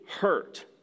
hurt